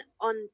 on